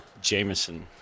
Jameson